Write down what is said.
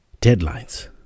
deadlines